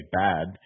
bad